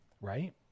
right